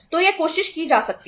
तो यह कोशिश की जा सकती है